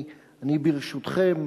ברשותכם,